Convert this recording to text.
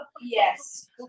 Yes